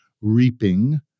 reaping